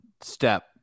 step